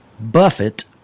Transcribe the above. Buffett